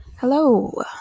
hello